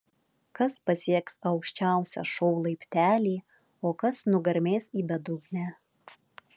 kas pasieks aukščiausią šou laiptelį o kas nugarmės į bedugnę